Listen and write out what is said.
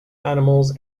animals